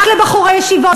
רק לבחורי הישיבות.